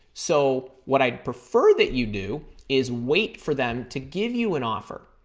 so, what i prefer that you do is wait for them to give you an offer.